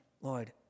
Lord